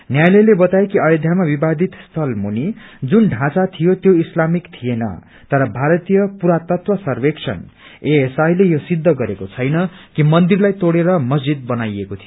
न्यायालयले बताए कि अयोध्यामा विवादित स्थल मुनि जुन ढाँचा थिो ते इस्लामिक थिएन तर भारीतय पुरातत्वसर्वेक्षण एएसआई ले यो सिद्ध गरेको छैन कि मन्छिरलाई तोड़ेर मस्जिद बनाइएको थियो